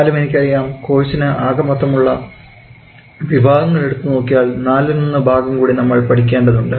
എന്നാലും എനിക്കറിയാം കോഴ്സിന് ആകെമൊത്തം ഉള്ള വിഭാഗങ്ങൾ എടുത്തുനോക്കിയാൽ നാലിലൊന്ന് ഭാഗം കൂടി നമ്മൾ പഠിക്കേണ്ടതുണ്ട്